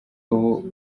ubu